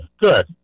good